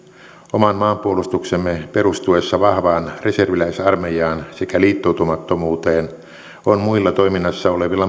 oman maanpuolustuksemme perustuessa vahvaan reserviläisarmeijaan sekä liittoutumattomuuteen on muilla toiminnassa olevilla